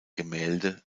gemälde